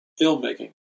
filmmaking